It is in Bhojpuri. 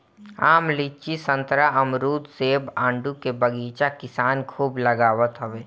आम, लीची, संतरा, अमरुद, सेब, आडू के बगीचा किसान खूब लगावत हवे